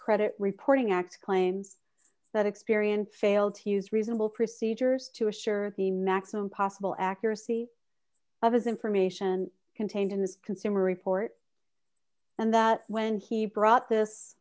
credit reporting act claims that experience failed to use reasonable procedures to assure the maximum possible accuracy of his information contained in this consumer report and that when he brought this